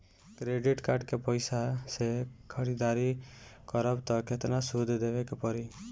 Credit card के पैसा से ख़रीदारी करम त केतना सूद देवे के पड़ी?